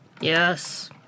Yes